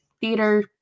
theater